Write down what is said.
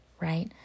right